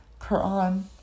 Quran